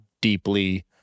deeply